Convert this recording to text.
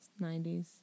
90s